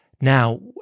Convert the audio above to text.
Now